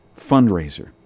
fundraiser